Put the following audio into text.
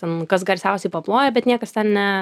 ten kas garsiausiai paploja bet niekas ten ne